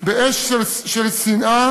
באש של שנאה,